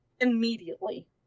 immediately